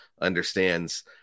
understands